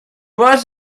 was